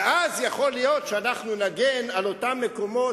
ואז יכול להיות שאנחנו נגן על אותם מקומות,